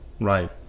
right